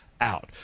out